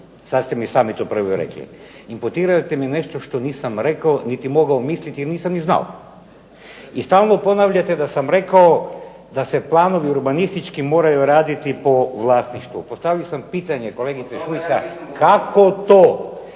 sada ste mi sami rekli. Imputirate mi nešto što nisam ni rekao, niti mogao misliti, nisam ni znao. I stalno ponavljate da sam rekao da se planovi urbanistički moraju raditi po vlasništvu. Postavio sam pitanje kolegici Šuici, kako to